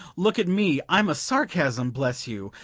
look at me i'm a sarcasm! bless you,